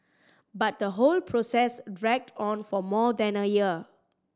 but the whole process dragged on for more than a year